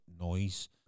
noise